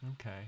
Okay